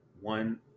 one